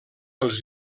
els